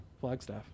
Flagstaff